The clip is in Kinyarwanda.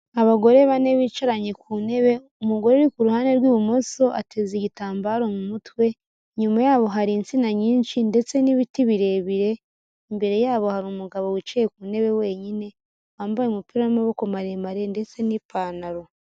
Abagore bane bicaranye ku ntebe, umugore uri ku ruhande rw'ibumoso ateze igitambaro mu mutwe, inyuma yabo hari insina nyinshi ndetse n'ibiti birebire, imbere yabo hari umugabo wicaye ku ntebe wenyine, wambaye umupira w'amaboko maremare ndetse n'ipantaro.